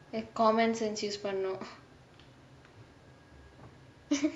common sense use பண்ணனும்:pannanum